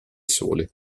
sole